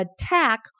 attack